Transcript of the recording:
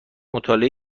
مطالعه